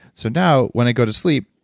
so now, when i go to sleep,